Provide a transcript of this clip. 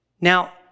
Now